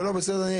בסדר.